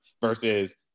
versus